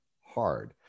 hard